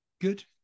good